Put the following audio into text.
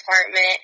apartment